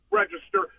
register